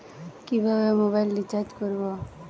কিভাবে mobile recharge করব?